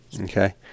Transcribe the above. Okay